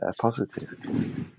positive